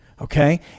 Okay